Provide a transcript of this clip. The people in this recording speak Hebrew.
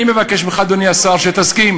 אני מבקש ממך, אדוני השר, שתסכים